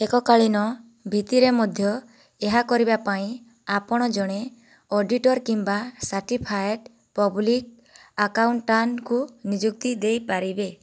ଏକକାଳୀନ ଭିତ୍ତିରେ ମଧ୍ୟ ଏହା କରିବା ପାଇଁ ଆପଣ ଜଣେ ଅଡ଼ିଟର୍ କିମ୍ବା ସାର୍ଟିଫାଏଡ଼୍ ପବ୍ଲିକ ଆକାଉଣ୍ଟାଣ୍ଟଙ୍କୁ ନିଯୁକ୍ତି ଦେଇପାରିବେ